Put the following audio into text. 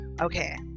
okay